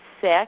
sick